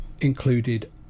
included